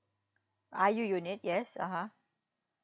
I_U unit yes (uh huh)